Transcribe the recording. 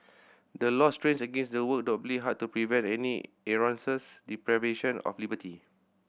the law strains against and works doubly hard to prevent any erroneous deprivation of liberty